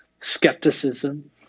skepticism